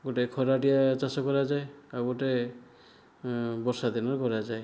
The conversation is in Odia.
ଗୋଟିଏ ଖରାଟିଆ ଚାଷ କରାଯାଏ ଆଉ ଗୋଟିଏ ବର୍ଷା ଦିନରେ କରାଯାଏ